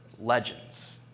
legends